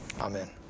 Amen